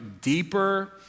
deeper